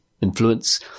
influence